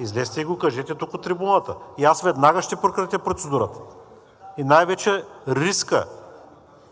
излезте и го кажете тук от трибуната и аз веднага ще прекратя процедурата и най-вече риска